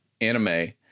anime